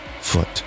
foot